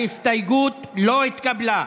ההסתייגות לא התקבלה.